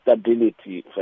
stability